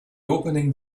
opening